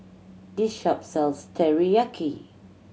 this shop sells Teriyaki